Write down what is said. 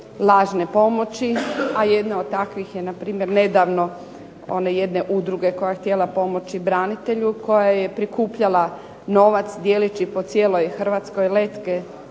lažne pomoći, a jedna od takvih je npr. nedavno one jedne udruge koja je htjela pomoći branitelju koja je prikupljala novac dijeleći po cijeloj Hrvatskoj letke